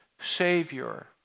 Savior